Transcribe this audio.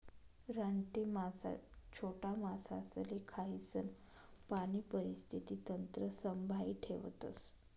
रानटी मासा छोटा मासासले खायीसन पाणी परिस्थिती तंत्र संभाई ठेवतस